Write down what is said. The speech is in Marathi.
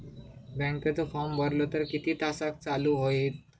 बँकेचो फार्म भरलो तर किती तासाक चालू होईत?